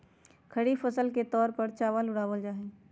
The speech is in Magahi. खरीफ फसल के तौर पर चावल उड़ावल जाहई